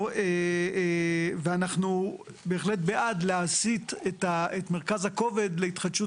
אנחנו בהחלט בעד להסית את מרכז הכובד להתחדשות